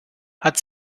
hat